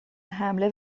حمله